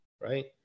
right